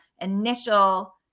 initial